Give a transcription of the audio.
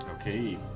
Okay